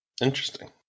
Interesting